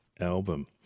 album